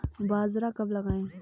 बाजरा कब लगाएँ?